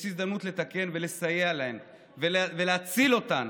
יש הזדמנות לתקן ולסייע להן ולהציל אותן.